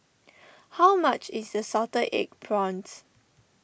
how much is the Salted Egg Prawns